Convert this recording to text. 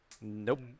Nope